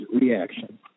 reaction